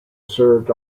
served